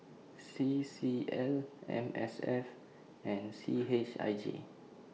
C C L M S F and C H I J